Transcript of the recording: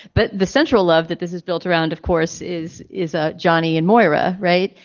but the central love that this is built around of course is is a johnny and moira. right.